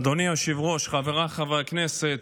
אדוני היושב-ראש, חבריי חברי הכנסת,